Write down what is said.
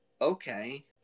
okay